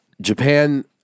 Japan